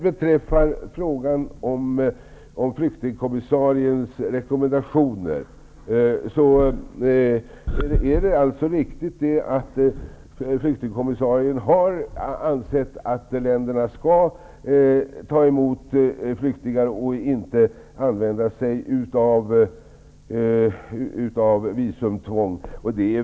Det är riktigt att flyktingkommissarien har ansett att länderna skall ta emot flyktingar och inte använda sig av visumtvång.